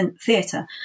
theatre